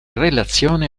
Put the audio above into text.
relazione